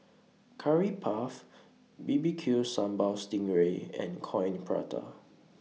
Curry Puff B B Q Sambal Sting Ray and Coin Prata